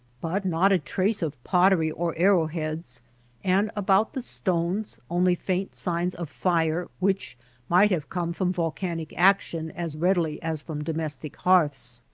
but not a trace of pottery or arrow-heads and about the stones only faint signs of fire which might have come from volcanic action as readily as from domestic hearths.